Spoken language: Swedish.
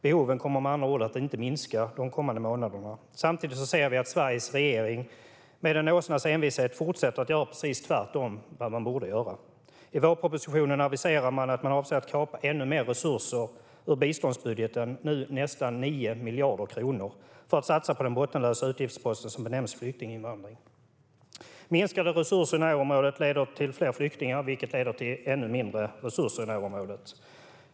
Behoven kommer med andra ord inte att minska de kommande månaderna. Samtidigt ser vi att Sveriges regering med en åsnas envishet fortsätter att göra precis tvärtemot vad man borde göra. I vårpropositionen aviserar man att man avser att kapa ännu mer resurser ur biståndsbudgeten, nu nästan 9 miljarder kronor, för att satsa på den bottenlösa utgiftsposten som benämns flyktinginvandring. Minskade resurser i närområdet leder till fler flyktingar, vilket leder till ännu mindre resurser i närområdet.